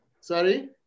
Sorry